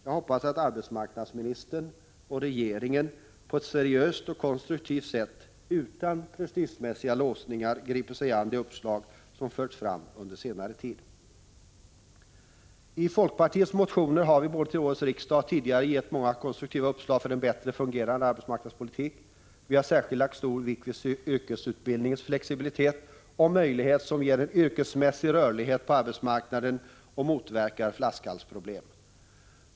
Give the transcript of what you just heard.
Jag hoppas att arbetsmarknadsministern och regeringen på ett seriöst och konstruktivt sätt utan prestigemässiga låsningar griper sig an de uppslag som förts fram under senare tid. I folkpartiets motioner har vi både till årets riksdag och tidigare gett många konstruktiva uppslag till en bättre fungerande arbetsmarknadspolitik. Vi har särskilt lagt stor vikt vid yrkesutbildningens flexibilitet och möjligheter som ger en yrkesmässig rörlighet på arbetsmarknaden och motverkar flaskhalsproblem.